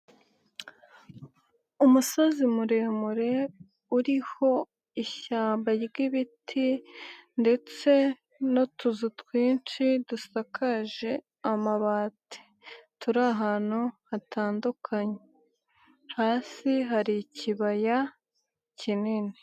Umusozi muremure uriho ishyamba ry'ibiti ndetse n'utuzu twinshi dusakaje amabati, turi ahantu hatandukanye. Hasi hari ikibaya kinini.